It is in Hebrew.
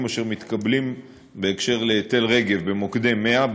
אשר מתקבלים בהקשר של תל-רגב במוקדי 100,